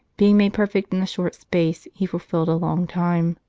being, made perfect in a short space, he fulfilled a long time.